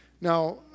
now